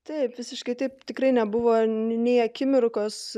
taip visiškai taip tikrai nebuvo nei akimirkos